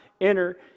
enter